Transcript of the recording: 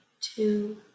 two